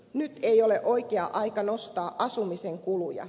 nyt ei ole oikea aika nostaa asumisen kuluja